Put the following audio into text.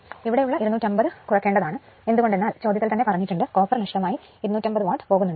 ഇവിടെ ഉള്ള 250 കുറക്കേണ്ടതാണ് എന്ത്കൊണ്ടെന്നാൽ ചോദ്യത്തിൽ തന്നെ പറഞ്ഞിട്ടുണ്ട് കോപ്പർ നഷ്ടം ആയി 250 വാട്ട് പോകുന്നുണ്ട് എന്ന്